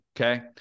Okay